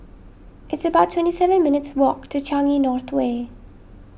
it's about twenty seven minutes' walk to Changi North Way